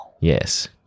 Yes